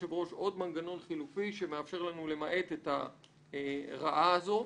עוד מנגנון חילופי שמאפשר לנו למעט את הרעה הזו.